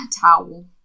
towel